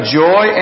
joy